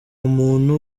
muntu